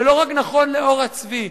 ולא רק נכון לעור הצבי.